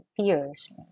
peers